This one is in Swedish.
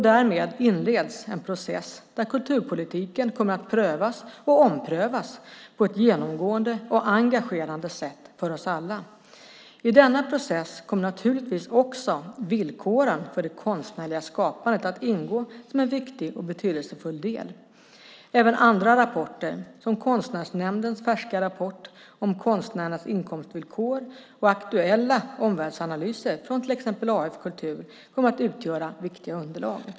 Därmed inleds en process där kulturpolitiken kommer att prövas och omprövas på ett genomgående och engagerande sätt för oss alla. I denna process kommer naturligtvis också villkoren för det konstnärliga skapandet att ingå som en viktig och betydelsefull del. Även andra rapporter, till exempel Konstnärsnämndens färska rapport om konstnärernas inkomstvillkor och aktuella omvärldsanalyser från till exempel AF Kultur, kommer att utgöra viktiga underlag.